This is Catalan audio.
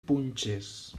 punxes